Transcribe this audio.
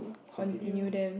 continue